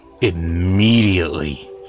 immediately